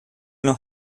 los